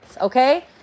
okay